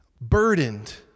burdened